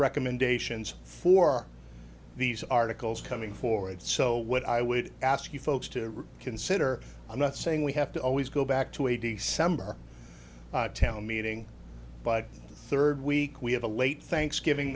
recommendations for these articles coming forward so what i would ask you folks to consider i'm not saying we have to always go back to a d c summer town meeting but third week we have a late thanksgiving